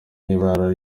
niba